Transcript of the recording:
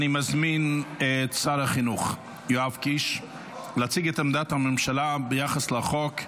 אני מזמין את שר החינוך יואב קיש להציג את עמדת הממשלה ביחס להצעת החוק.